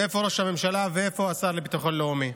ואיפה ראש הממשלה ואיפה השר לביטחון לאומי?